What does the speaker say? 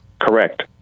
Correct